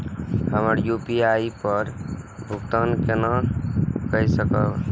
हम यू.पी.आई पर भुगतान केना कई सकब?